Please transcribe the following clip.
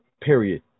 period